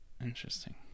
Interesting